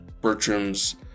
Bertram's